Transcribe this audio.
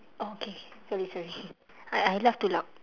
oh okay sorry sorry I I laugh too loud